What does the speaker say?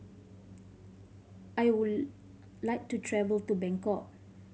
I would like to travel to Bangkok